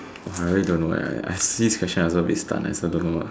ah I really don't know eh I see this question I also a bit stun eh I also don't know